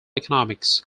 economics